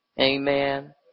Amen